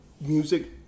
music